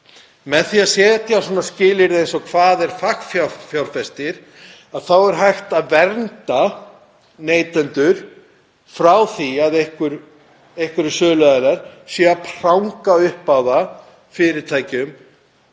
Með því að setja skilyrði eins og hvað er fagfjárfestir þá er hægt að vernda neytendur frá því að einhverjir söluaðilar séu að pranga upp á þá fyrirtækjum